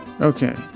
Okay